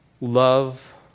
love